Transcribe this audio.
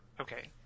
Okay